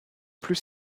plus